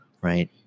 right